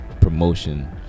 promotion